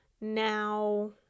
Now